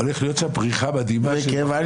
הולכת להיות לשם פריחה מדהימה --- מכיוון